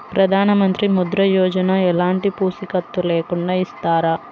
ప్రధానమంత్రి ముద్ర యోజన ఎలాంటి పూసికత్తు లేకుండా ఇస్తారా?